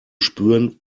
spüren